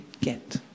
get